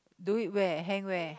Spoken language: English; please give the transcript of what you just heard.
do it where hang where